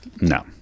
No